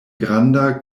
granda